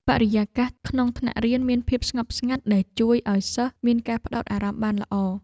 បរិយាកាសក្នុងថ្នាក់រៀនមានភាពស្ងប់ស្ងាត់ដែលជួយឱ្យសិស្សមានការផ្ដោតអារម្មណ៍បានល្អ។